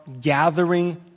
gathering